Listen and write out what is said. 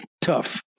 tough